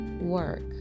work